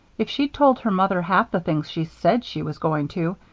if she'd told her mother half the things she said she was going to,